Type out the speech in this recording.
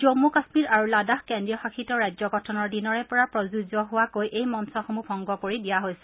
জম্মু কাশ্মীৰ আৰু লাডাখ কেন্দ্ৰীয়শাসিত ৰাজ্য গঠনৰ দিনৰে পৰা প্ৰযোজ্য হোৱাকৈ এই মঞ্চসমূহ ভংগ কৰি দিয়া হৈছে